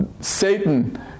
Satan